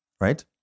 right